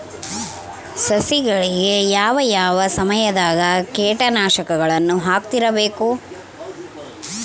ಸಸಿಗಳಿಗೆ ಯಾವ ಯಾವ ಸಮಯದಾಗ ಕೇಟನಾಶಕಗಳನ್ನು ಹಾಕ್ತಿರಬೇಕು?